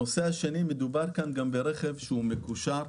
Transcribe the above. הנושא השני מדובר ברכב מקושר: